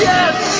Yes